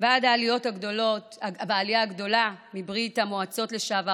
ועד העליות הגדולות והעלייה הגדולה מברית המועצות לשעבר